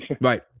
Right